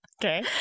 okay